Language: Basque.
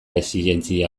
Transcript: exijentzia